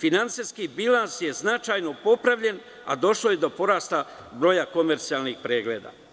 Finansijski bilans je značajno popravljen, a došlo je do porasta broja komercijalnih pregleda.